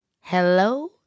hello